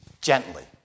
gently